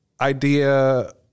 idea